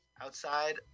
outside